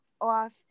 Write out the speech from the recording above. off